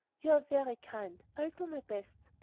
you are very kind i'll do my best.